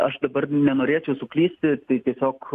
aš dabar nenorėčiau suklysti tai tiesiog